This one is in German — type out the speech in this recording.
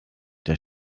der